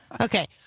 Okay